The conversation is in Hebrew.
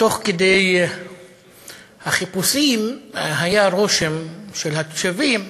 תוך כדי החיפושים היה רושם, של התושבים,